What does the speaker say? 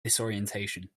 disorientation